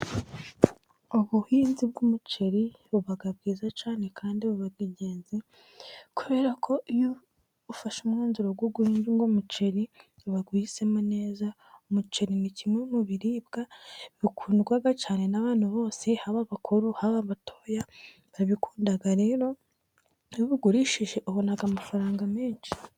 Ubuhinzi bw'umuceri buba bwiza cyane kandi buba ingenzi. Kubera ko iyo ufashe umwanzuro wo guhinga umuceri, uba uhisemo neza. Umuceri ni kimwe mu biribwa bikundwa cyane. Abana bose, haba abakuru, haba abatoya, barabikundaga. Rero iyo uwugurishije ubona amafaranga menshi.